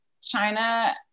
China